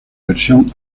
versión